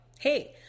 hey